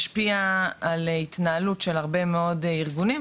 משפיע על התנהלות של הרבה מאוד ארגונים,